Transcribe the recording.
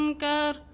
um go